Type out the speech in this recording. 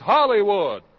Hollywood